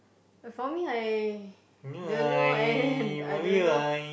but for me I don't know and I don't know